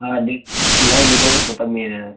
हा नाही डिलिव्हरी स्वत मी येई